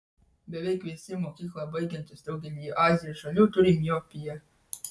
beveik visi mokyklą baigiantys daugelyje azijos šalių turi miopiją